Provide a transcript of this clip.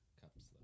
cups